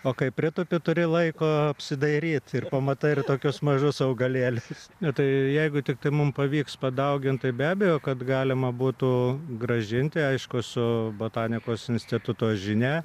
o kai pritupi turi laiko apsidairyt ir pamatai ir tokius mažus augalėlius nu tai jeigu tiktai mum pavyks padauginti tai be abejo kad galima būtų grąžinti aišku su botanikos instituto žinia